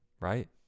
right